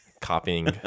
copying